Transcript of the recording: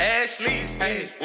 Ashley